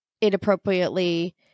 inappropriately